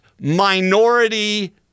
minority